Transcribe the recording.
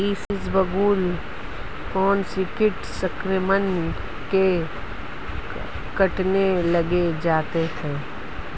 इसबगोल कौनसे कीट संक्रमण के कारण कटने लग जाती है?